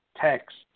Text